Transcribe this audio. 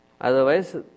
Otherwise